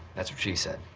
that's what she said.